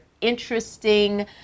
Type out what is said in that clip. interesting